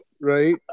right